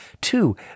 Two